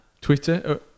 Twitter